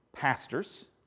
pastors